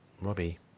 Robbie